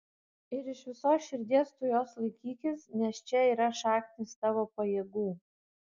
ir iš visos širdies tu jos laikykis nes čia yra šaknys tavo pajėgų